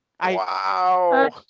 Wow